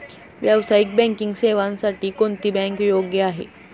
व्यावसायिक बँकिंग सेवांसाठी कोणती बँक योग्य आहे?